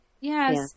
yes